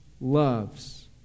loves